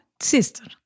Sister